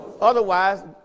otherwise